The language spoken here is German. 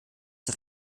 der